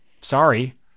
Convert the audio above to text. sorry